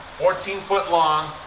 fourteen foot long,